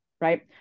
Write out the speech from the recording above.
right